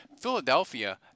Philadelphia